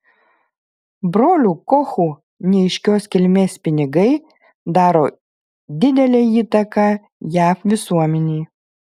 brolių kochų neaiškios kilmės pinigai daro didelę įtaką jav visuomenei